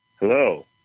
Hello